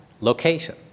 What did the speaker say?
location